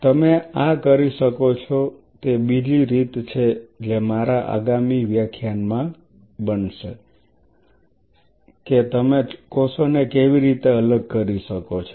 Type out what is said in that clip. તમે આ કરી શકો તે બીજી રીત છે જે મારા આગામી વ્યાખ્યાન માં બની રહી છે કે તમે કોષોને કેવી રીતે અલગ કરી શકો છો